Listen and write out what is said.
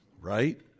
Right